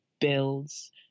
builds